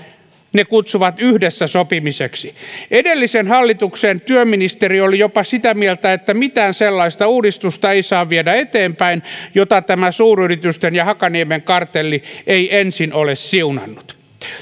ne kutsuvat yhdessä sopimiseksi edellisen hallituksen työministeri oli jopa sitä mieltä että mitään sellaista uudistusta ei saa viedä eteenpäin jota tämä suuryritysten ja hakaniemen kartelli ei ensin ole siunannut